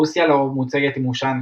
רוסיה לרוב מוצגת עם אושנקה.